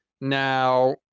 Now